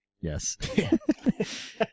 yes